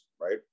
right